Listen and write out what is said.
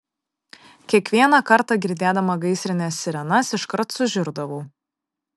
kiekvieną kartą girdėdama gaisrinės sirenas iškart sužiurdavau